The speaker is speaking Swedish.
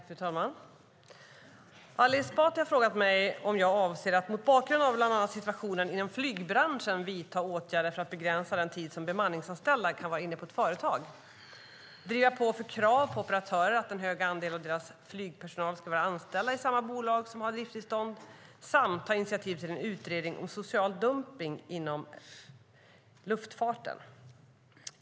Fru talman! Ali Esbati har frågat mig om jag avser att mot bakgrund av bland annat situationen inom flygbranschen vidta åtgärder för att begränsa den tid som bemanningsanställda kan vara inne på ett företag, driva på för krav på operatörer att en hög andel av deras flygpersonal ska vara anställd i samma bolag som har driftstillståndet samt ta initiativ till en utredning om social dumpning inom luftfarten.